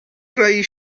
greu